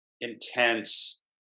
intense